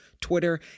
Twitter